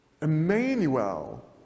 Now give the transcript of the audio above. Emmanuel